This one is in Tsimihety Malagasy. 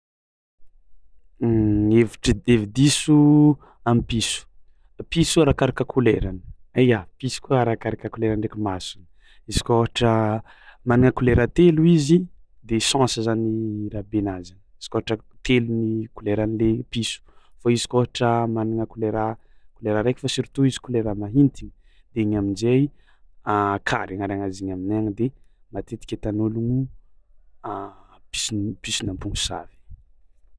Hevitry- Hevi-diso mahakasiky amin'ny piso, piso arakaraka couleurany piso koa arakaraka couleurany ndraiky masony, izy koa ôhatra managna couleura telo izy de chance zanyy rahabenazigny izy koa ôhatra telo ny couleuranilehy piso fao izy koa ôhatraa managna couleuraa couleura raiky fao surtout izy couleura mahintigny de igny aminjay kary agnaragna zigny aminay agny de matetiky ataon'ôlogno pisony pison'ny ampognosavy.